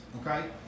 okay